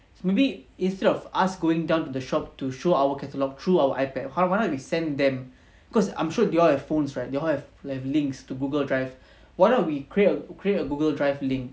maybe instead of us going down the shop to show our catalogue through our iPad or why not we send them cause I'm sure they all have phones right they all have links to Google drive why not we create create a Google drive link